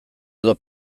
edo